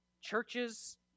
churches